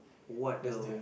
what a